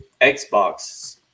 Xbox